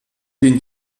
den